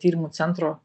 tyrimų centro